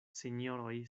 sinjoroj